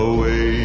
Away